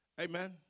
amen